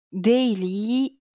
daily